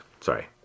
sorry